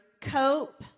cope